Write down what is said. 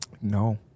No